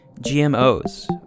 GMOs